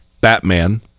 Batman